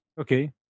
Okay